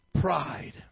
Pride